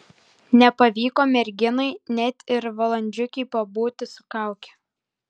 nepavyko merginai net ir valandžiukei pabūti su kauke